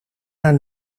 naar